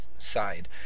side